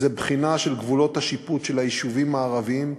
זו בחינה של גבולות השיפוט של היישובים הערביים,